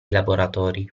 laboratori